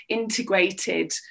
integrated